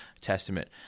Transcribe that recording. testament